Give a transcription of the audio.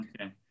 okay